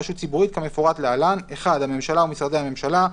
"רשות ציבורית" כמפורט להלן: (1)הממשלה ומשרדי הממשלה,